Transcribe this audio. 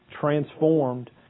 transformed